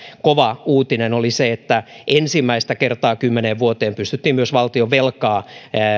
kova uutinen oli myös se että ensimmäistä kertaa kymmeneen vuoteen pystyttiin valtionvelkaa